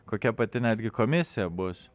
kokia pati netgi komisija bus